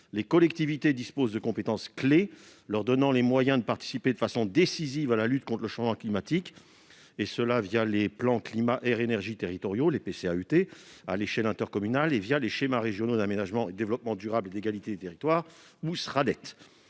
les collectivités disposent de compétences clés et participent de façon décisive à la lutte contre le changement climatique, grâce aux plans climat-air-énergie territoriaux (PCAET), à l'échelle intercommunale, et aux schémas régionaux d'aménagement, de développement durable et d'égalité des territoires (Sraddet),